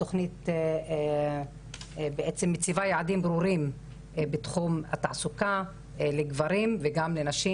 התוכנית מציבה יעדים ברורים בתחום התחזוקה לגברים וגם לנשים